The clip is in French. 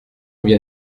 bien